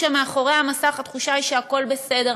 כשהם מאחורי המסך התחושה היא שהכול בסדר,